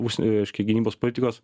užsien reiškia gynybos politikos